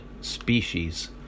species